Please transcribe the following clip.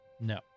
No